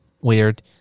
weird